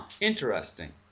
Interesting